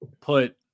put